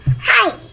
hi